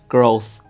Growth